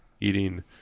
eating